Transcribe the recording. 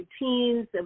routines